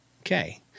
okay